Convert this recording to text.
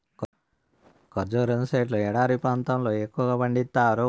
ఖర్జూరం సెట్లు ఎడారి ప్రాంతాల్లో ఎక్కువగా పండిత్తారు